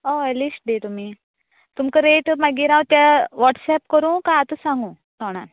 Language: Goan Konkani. हय लिस्ट दी तुमी तुमकां रेट मागीर हांव त्या वॉट्सऍप करूं काय आतां सांगू तोंडान